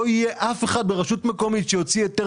לא יהיה אף אחד ברשות מקומית שיוציא היתר